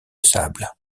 sable